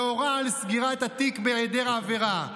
והורה על סגירת התיק בהיעדר עבירה.